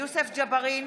יוסף ג'בארין,